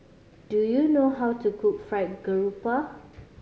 do you know how to cook Fried Garoupa